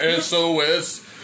SOS